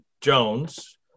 Jones